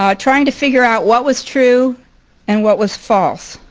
um trying to figure out what was true and what was false.